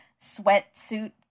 sweatsuit